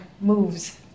moves